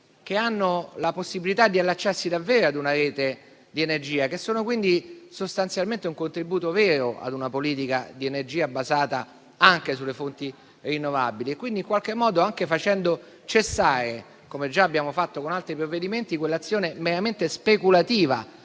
che hanno la possibilità di allacciarsi davvero a una rete di energia e che quindi sostanzialmente sono un contributo vero a una politica di energia basata anche sulle fonti rinnovabili, anche facendo cessare, come già abbiamo fatto con altri provvedimenti, un'azione meramente speculativa